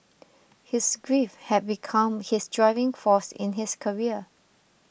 his grief had become his driving force in his career